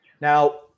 Now